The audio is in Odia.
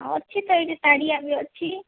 ଅଛି ତ ଏଠି ତାଡ଼ିଆ ବି ଅଛି